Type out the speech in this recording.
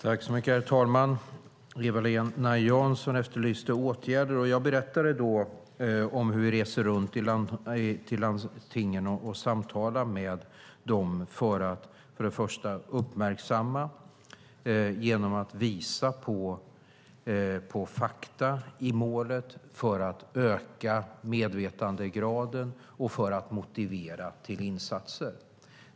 Herr talman! Eva-Lena Jansson efterlyste åtgärder, och jag berättade hur jag reser runt till landstingen och samtalar med dem för att uppmärksamma dem på fakta i målet för att öka medvetandegraden och för att motivera till insatser.